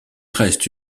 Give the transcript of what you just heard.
reste